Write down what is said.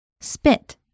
Spit